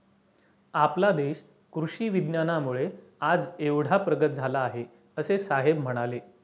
आपला देश कृषी विज्ञानामुळे आज एवढा प्रगत झाला आहे, असे साहेब म्हणाले